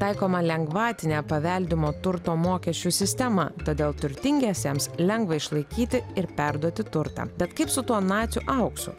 taikoma lengvatinė paveldimo turto mokesčių sistema todėl turtingiesiems lengva išlaikyti ir perduoti turtą bet kaip su tuo nacių auksu